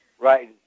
Right